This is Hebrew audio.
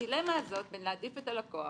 את הדילמה הזאת בין להעדיף את הלקוח,